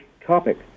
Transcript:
topic